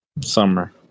Summer